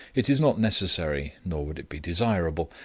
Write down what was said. it is not necessary, nor would it be desirable,